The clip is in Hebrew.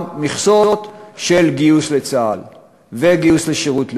מכסות של גיוס לצה"ל וגיוס לשירות לאומי.